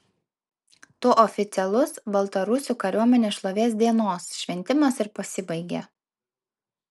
tuo oficialus baltarusių kariuomenės šlovės dienos šventimas ir pasibaigė